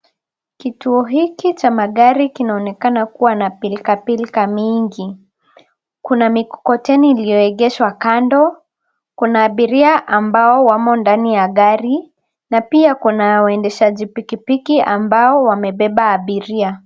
Kituo hiki cha magari kinaonekana kua na pilka pilka mingi. Kuna mikokoteni iliyoegeshwa kando, kuna abiria ambao wamo ndani ya gari na pia kuna waendeshaji pikipiki ambao wamebeba abiria.